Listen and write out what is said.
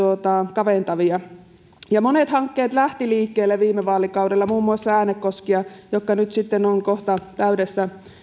kaventavia monet hankkeet lähtivät liikkeelle viime vaalikaudella muun muassa äänekoski joissa nyt sitten ollaan kohta täydessä